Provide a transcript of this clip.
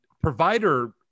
provider